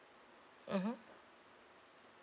mmhmm